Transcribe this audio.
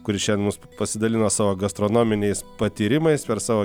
kuris šiandien mus pasidalino savo gastronominiais patyrimais per savo